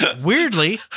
Weirdly